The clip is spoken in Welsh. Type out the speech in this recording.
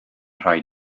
rhai